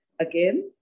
again